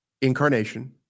incarnation